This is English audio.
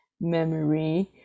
memory